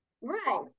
Right